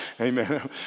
Amen